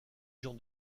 jean